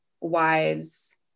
wise